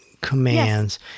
commands